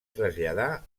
traslladar